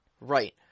Right